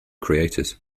creators